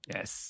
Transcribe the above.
Yes